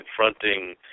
confronting